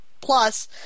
plus